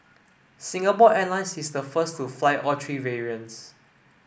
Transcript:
Singapore Airlines is the first to fly all three variants